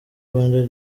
rwanda